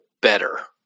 better